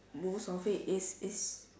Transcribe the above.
most of it is is